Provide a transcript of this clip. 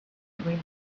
between